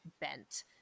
bent